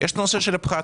יש את הנושא של הפחת